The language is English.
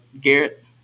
Garrett